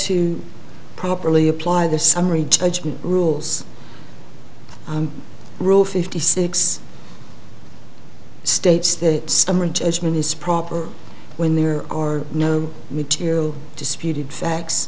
to properly apply the summary judgment rules rule fifty six states that summary judgment is proper when there are no material disputed